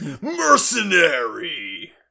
Mercenary